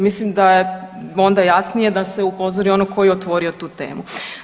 Mislim da je onda jasnije da se upozori onog koji je otvorio tu temu.